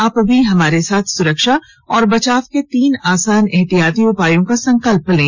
आप भी हमारे साथ सुरक्षा और बचाव के तीन आसान एहतियाती उपायों का संकल्प लें